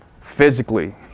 Physically